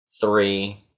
three